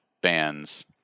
bands